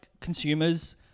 consumers